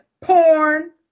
porn